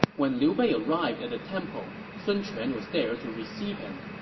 when liu bei arrived at the temple, sun quan was there to receive him.